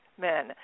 men